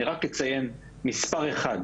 אני רק אציין מספר אחד,